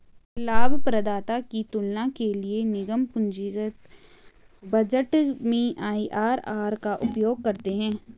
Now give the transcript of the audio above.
लाभप्रदाता की तुलना के लिए निगम पूंजीगत बजट में आई.आर.आर का उपयोग करते हैं